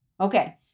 Okay